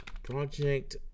Project